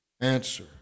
answer